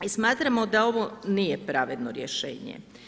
I smatramo da ovo nije pravedno rješenje.